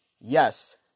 yes